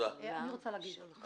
אני רוצה להגיב.